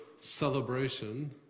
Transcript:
celebration